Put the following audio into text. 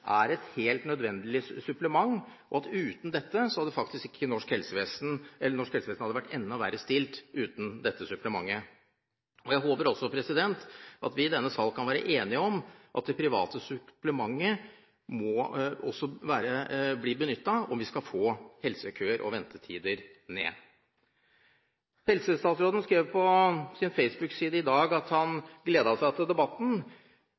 er et helt nødvendig supplement, og at uten dette hadde norsk helsevesen vært enda verre stilt. Jeg håper at vi i denne sal kan være enige om at det private supplementet også må bli benyttet om vi skal få helsekøer og ventetider ned. Helsestatsråden skrev på sin Facebook-side i dag at han gledet seg til debatten.